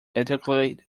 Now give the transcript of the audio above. ethically